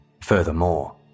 Furthermore